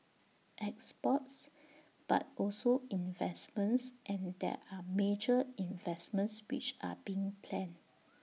exports but also investments and there are major investments which are being planned